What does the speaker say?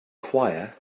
choir